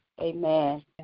amen